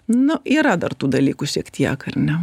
na yra dar tų dalykų šiek tiek ar ne